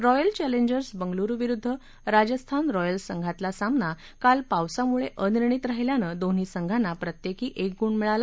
royal Challengers Bengaluru विरुद्ध Rajasthan Royals संघातला सामना काल पावसामुळे अनिर्णित राहिल्यानं दोन्ही संघांना प्रत्येकी एक गुण मिळाला